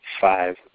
five